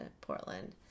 Portland